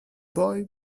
boy